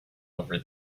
over